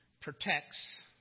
protects